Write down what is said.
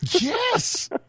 Yes